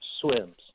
swims